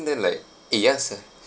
and then like eh yes ah